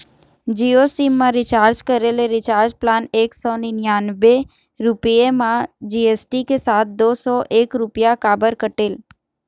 Jio sim मा recharge करे ले रिचार्ज प्लान एक सौ निन्यानबे रुपए मा जी.एस.टी के साथ दो सौ एक रुपया काबर कटेल?